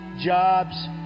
jobs